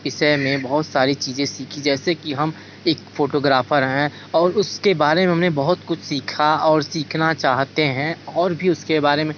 विषय में बहुत सारी चीज़ें सीखीं जैसी कि हम एक फोटोग्राफर हैं और उसके बारे में हमने बहुत कुछ सीखा और सीखना चाहते हैं और भी उसके बारे में